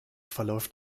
verläuft